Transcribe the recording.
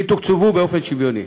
יתוקצבו באופן שוויוני.